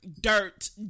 dirt